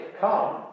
Come